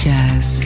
Jazz